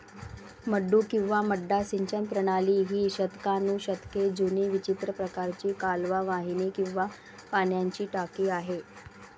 मड्डू किंवा मड्डा सिंचन प्रणाली ही शतकानुशतके जुनी विचित्र प्रकारची कालवा वाहिनी किंवा पाण्याची टाकी आहे